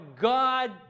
God